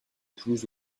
toulouse